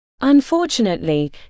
Unfortunately